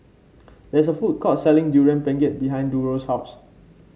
there is a food court selling Durian Pengat behind Durrell's house